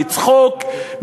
מצחוק,